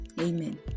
Amen